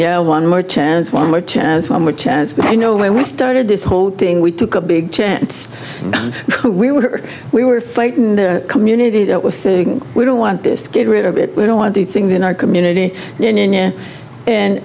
much as much as you know when we started this whole thing we took a big chance we were we were fighting the community that was saying we don't want to get rid of it we don't want the things in our community in and